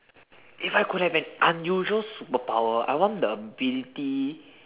if I could have an unusual superpower I want the ability